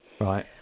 Right